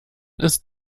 ist